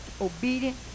Obedient